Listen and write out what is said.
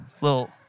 Little